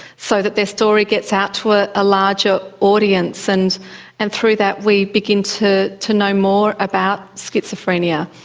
so that their story gets out to a ah larger audience. and and through that we begin to to know more about schizophrenia.